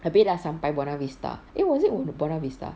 abeh dah sampai buona vista eh was it buona vista